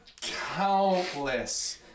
countless